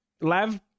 Lav